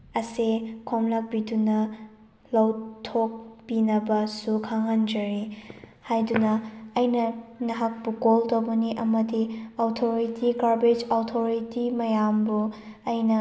ꯑꯁꯦ ꯈꯣꯝꯒꯠꯄꯤꯗꯨꯅ ꯂꯧꯊꯣꯛꯄꯤꯅꯕꯁꯨ ꯈꯪꯍꯟꯖꯔꯤ ꯍꯥꯏꯗꯨꯅ ꯑꯩꯅ ꯅꯍꯥꯛꯄꯨ ꯀꯣꯜ ꯇꯧꯕꯅꯤ ꯑꯃꯗꯤ ꯑꯣꯊꯣꯔꯤꯇꯤ ꯒꯥꯔꯕꯦꯖ ꯑꯣꯊꯣꯔꯤꯇꯤ ꯃꯌꯥꯝꯕꯨ ꯑꯩꯅ